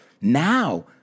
now